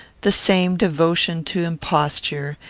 the same devotion to imposture,